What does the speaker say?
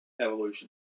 evolution